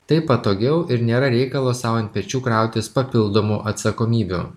taip patogiau ir nėra reikalo sau ant pečių krautis papildomų atsakomybių